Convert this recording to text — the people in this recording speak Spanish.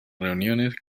reuniones